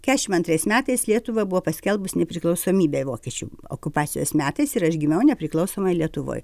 keturiasdešimt antrais metais lietuva buvo paskelbus nepriklausomybę vokiečių okupacijos metais ir aš gimiau nepriklausomoj lietuvoj